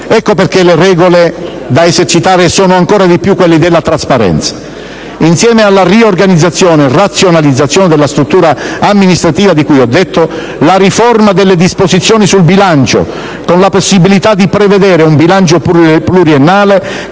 Ecco perché le regole da esercitare sono ancora di più quelle della trasparenza. Insieme alla riorganizzazione e razionalizzazione della struttura amministrativa, di cui ho detto, occorre la riforma delle disposizioni sul bilancio, con la possibilità di prevedere un bilancio pluriennale